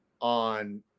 on